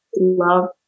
love